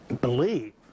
believe